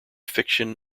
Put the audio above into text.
fiction